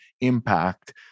impact